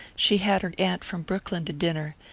she had her aunt from brooklyn to dinner.